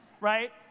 right